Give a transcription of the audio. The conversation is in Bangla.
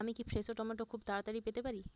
আমি কি ফ্রেশো টমাটো খুব তাড়াতাড়ি পেতে পারি